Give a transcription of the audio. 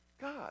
God